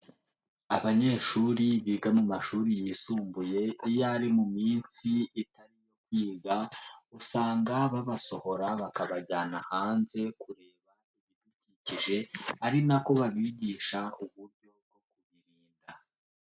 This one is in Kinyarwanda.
Abanyeshuri biga mu mashuri yisumbuye, iyo ari mu minsi itariyo kwiga usanga babasohora bakabajyana hanze ku bidukikije ari nako babigisha uburyo bwo kubiririnda.